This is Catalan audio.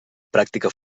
pràctica